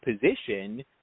position